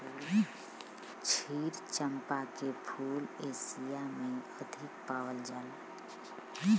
क्षीर चंपा के फूल एशिया में अधिक पावल जाला